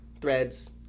threads